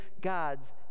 God's